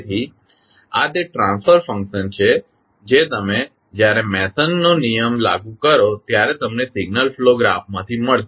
તેથી આ તે ટ્રાન્સફર ફંકશન છે જે તમે જ્યારે મેસોનનો નિયમ લાગુ કરો ત્યારે તમને સિગ્નલ ફ્લો ગ્રાફમાંથી મળશે